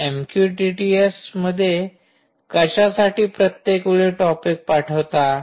तुम्ही MQTT S मध्ये कशासाठी प्रत्येक वेळी टॉपिक पाठवता